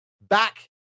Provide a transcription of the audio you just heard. back